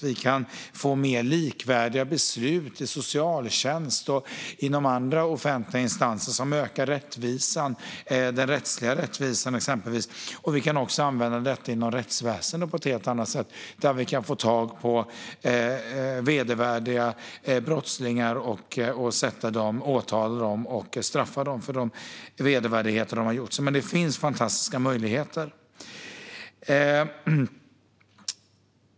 Vi kan få mycket mer likvärdiga beslut inom socialtjänst och inom andra offentliga instanser som ökar rättvisan, exempelvis den rättsliga rättvisan. Vi kan också använda det inom rättsväsendet på ett helt annat sätt. Vi kan få tag på vedervärdiga brottslingar, åtala dem och straffa dem för de vedervärdigheter som de har gjort. Det finns fantastiska möjligheter.